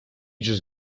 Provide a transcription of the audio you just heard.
just